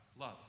love